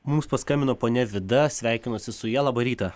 mums paskambino ponia vida sveikinuosi su ja labą rytą